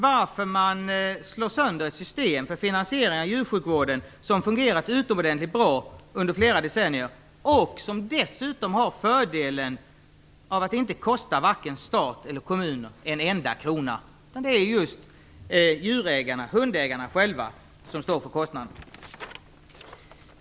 Varför slå sönder ett system för finansiering av djursjukvården som fungerat utomordentligt bra i flera decennier och som dessutom har den fördelen att det inte kostar vare sig staten eller kommunerna en enda krona? Det är ju just hundägarna själva som står för kostnaderna.